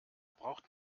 braucht